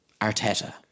Arteta